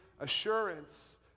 assurance